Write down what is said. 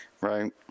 right